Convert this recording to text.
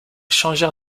changèrent